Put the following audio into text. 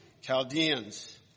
Chaldeans